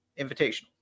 Invitational